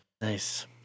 nice